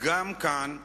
גם כאן לחקור,